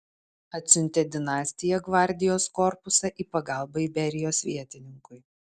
atsiuntė dinastija gvardijos korpusą į pagalbą iberijos vietininkui